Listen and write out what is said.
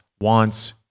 wants